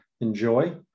Enjoy